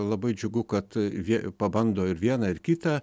labai džiugu kad vie pabando ir vieną ir kitą